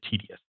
tedious